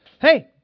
Hey